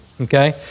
okay